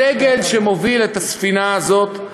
הדגל שמוביל את הספינה הזאת,